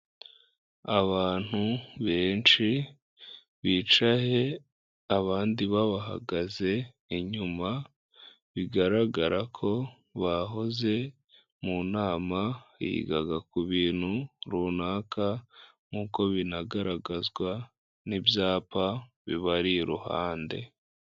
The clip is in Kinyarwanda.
Abantu benshi bicaye abandi bahagaze inyuma, bigaragara ko bahoze mu nama yigaga ku bintu runaka, nkuko binagaragazwa n'ibyapa bibari iruhande.